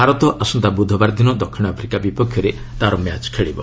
ଭାରତ ଆସନ୍ତା ବୁଧବାର ଦିନ ଦକ୍ଷିଣ ଆଫ୍ରିକା ବିପକ୍ଷରେ ମ୍ୟାଚ୍ ଖେଳିବ